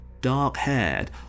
dark-haired